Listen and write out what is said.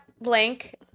blank